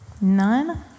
None